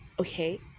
okay